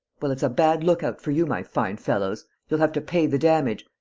well, it's a bad lookout for you, my fine fellows. you'll have to pay the damage!